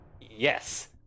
Yes